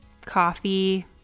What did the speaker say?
coffee